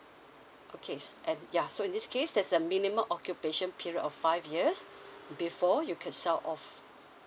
okay s~ and ya so in this case there's a minimum occupation period of five years before you can sell off